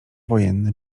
wojenny